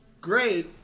Great